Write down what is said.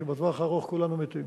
שבטווח הארוך כולנו מתים.